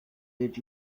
great